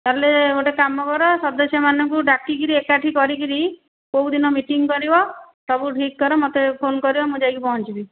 ତା'ହେଲେ ଗୋଟିଏ କାମ କର ସଦସ୍ୟ ମାନଙ୍କୁ ଡାକିକରି ଏକାଠି କରିକରି କେଉଁ ଦିନ ମିଟିଙ୍ଗ୍ କରିବ ସବୁ ଠିକ୍ କର ମୋତେ ଫୋନ କରିବ ମୁଁ ଯାଇକି ପହଞ୍ଚିବି